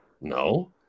No